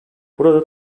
burada